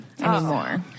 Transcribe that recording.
anymore